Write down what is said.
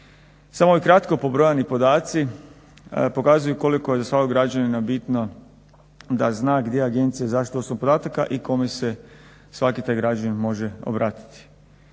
Samo kratko pobrojani podaci pokazuju koliko je za svakog građanina bitno da zna gdje je Agencija za zaštitu osobnih podataka i kome se svaki taj građanin može obratiti.